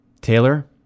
Taylor